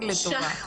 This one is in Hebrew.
נקודות